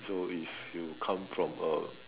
so if you come from a